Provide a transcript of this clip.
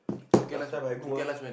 last time I go ah